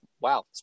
wow